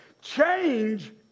change